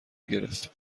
گرفت